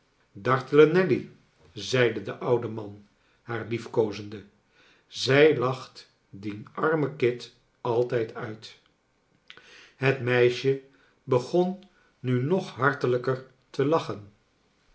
dartele nelly zeide de oude man haar liefkoozende zij lacht dien armen kit altijd uit het meisje begon nu nog hartelijker te lachen